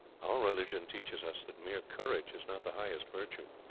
our religion teaches us that mere courage is not the highest virtue.